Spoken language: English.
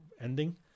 ending